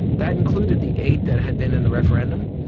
that included the eight that had been in the referendum,